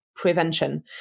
prevention